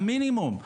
המינימום,